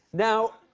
now,